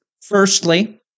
Firstly